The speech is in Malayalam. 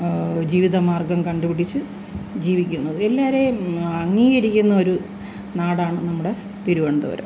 ജീവിതമാർഗം കണ്ടുപിടിച്ച് ജീവിക്കുന്നത് എല്ലാവരെയും അംഗീകരിക്കുന്ന ഒരു നാടാണ് നമ്മുടെ തിരുവനന്തപുരം